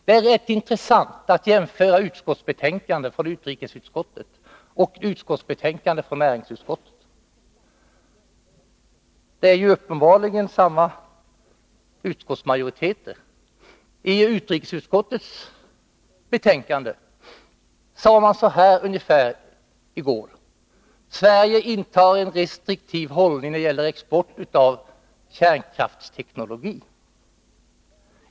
Det är rätt intressant att jämföra betänkandet från utrikesutskottet med det här betänkandet från näringsutskottet. Uppenbarligen är det samma utskottsmajoriteter. Beträffande utrikesutskottets betänkande sade man i går ungefär så här: Sverige intar en restriktiv hållning när det gäller export av kärnkraftsteknologi.